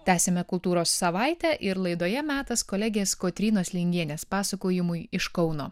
tęsiame kultūros savaitę ir laidoje metas kolegės kotrynos lingienės pasakojimui iš kauno